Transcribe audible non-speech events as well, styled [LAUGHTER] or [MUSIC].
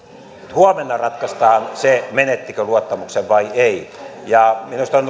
huomenna ratkaistaan se menettikö luottamuksen vai ei minusta on [UNINTELLIGIBLE]